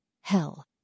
Hell